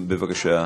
בבקשה.